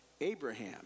Abraham